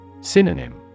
Synonym